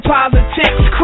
Politics